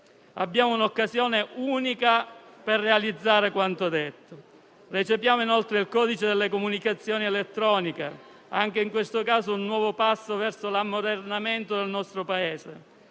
Abbiamo un'occasione unica per realizzare quanto detto. Recepiamo, inoltre, il codice delle comunicazioni elettroniche, che costituisce anche in questo caso un nuovo passo verso l'ammodernamento del nostro Paese.